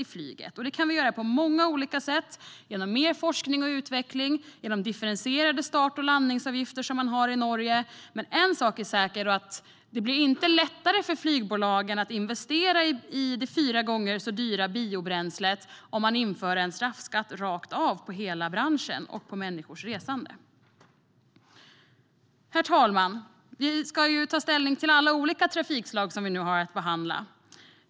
Det kan vi göra på många olika sätt, genom mer forskning och utveckling och genom differentierade start och landningsavgifter, som man har i Norge. En sak är säker: Det blir inte lättare för flygbolagen att investera i det fyra gånger så dyra biobränslet om man inför en straffskatt rakt av på hela branschen och på människors resande. Herr talman! Vi ska ta ställning till alla olika trafikslag som vi har att behandla.